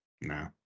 No